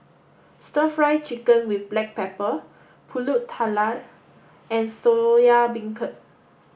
stir fry chicken with black pepper Pulut Tatal and Soya Beancurd